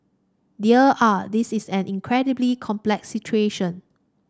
dear ah this is an incredibly complex situation